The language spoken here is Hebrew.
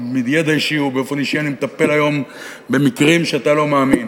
מידע אישי ובאופן אישי מטפל היום במקרים שאתה לא מאמין